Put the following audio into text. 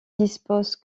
dispose